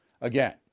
Again